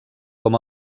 com